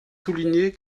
souligner